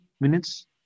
minutes